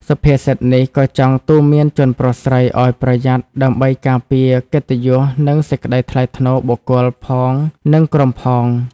សុភាសិតនេះក៏ចង់ទូន្មានជនប្រុសស្រី ឲ្យប្រយ័ត្នដើម្បីការពារកិត្តិយសនិងសេចក្តីថ្លៃថ្នូរបុគ្គលផងនិងក្រុមផង។